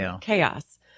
chaos